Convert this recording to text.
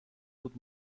بود